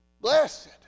Blessed